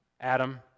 Adam